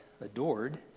adored